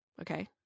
Okay